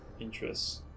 interests